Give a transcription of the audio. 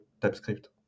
TypeScript